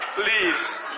Please